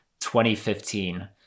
2015